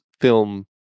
film